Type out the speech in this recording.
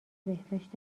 بهداشت